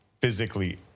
physically